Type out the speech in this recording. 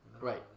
right